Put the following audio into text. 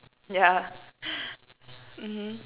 yeah mmhmm